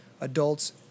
adults